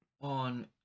on